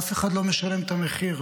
אף אחד לא משלם את המחיר,